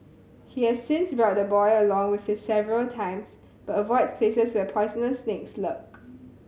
he has since brought the boy along with him several times but avoids places where poisonous snakes lurk